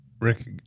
Rick